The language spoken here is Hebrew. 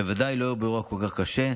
בוודאי באירוע כל כך קשה,